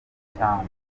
cyangwa